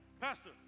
Pastor